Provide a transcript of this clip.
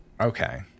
Okay